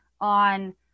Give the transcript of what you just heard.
on